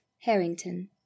Harrington